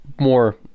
more